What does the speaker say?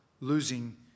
losing